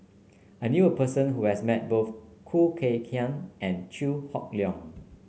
I knew a person who has met both Khoo Kay Hian and Chew Hock Leong